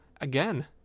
Again